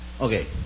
okay